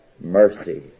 mercy